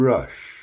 Rush